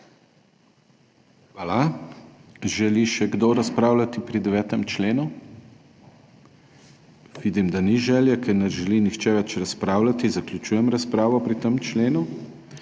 Hvala. Želi še kdo razpravljati pri 9. členu? Vidim, da ni želje. Ker ne želi nihče več razpravljati, zaključujem razpravo o tem členu.